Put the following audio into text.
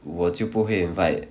我就不会 invite